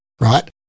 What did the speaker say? right